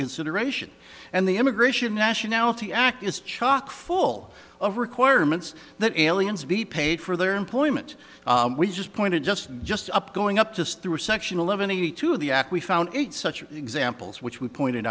consideration and the immigration nationality act is chock full of requirements that aliens be paid for their employment we just pointed just just up going up just through section eleven eighty two of the act we found eight such examples which we pointed